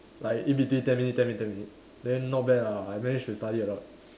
like in between ten minute ten minute ten minute then not bad lah I managed to study a lot